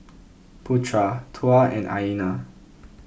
Putra Tuah and Aina